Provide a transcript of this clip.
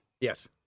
Yes